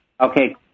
Okay